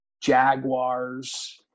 Jaguars